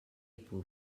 puc